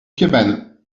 cabanes